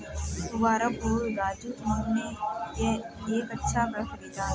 मुबारक हो राजू तुमने एक अच्छा घर खरीदा है